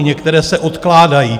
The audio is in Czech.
Některé se odkládají.